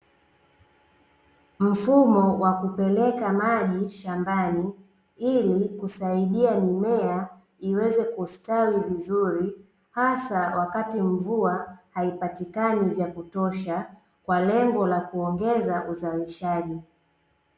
Mfumo wa kupeleka maji shambani, ili kusaidia mimea iweze kustawi vizuri hasa wakati mvua haipatikani vya kutosha, kwa lengo la kuongeza uzalishaji.